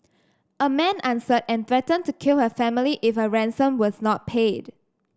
a man answered and threatened to kill her family if a ransom was not paid